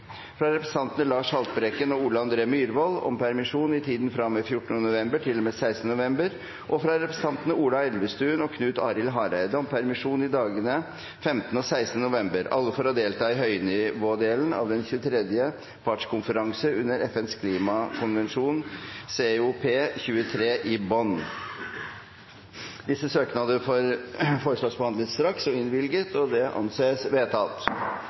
fra representantene Lars Haltbrekken og Ole André Myhrvold om permisjon i tiden fra og med 14. november til og med 16. november, og fra representantene Ola Elvestuen og Knut Arild Hareide om permisjon i dagene 15. og 16. november, alle for å delta i høynivådelen av den 23. partskonferanse under FNs klimakonvensjon, COP 23, i Bonn Disse søknader foreslås behandlet straks og innvilget. – Det anses vedtatt.